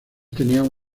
tenían